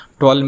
12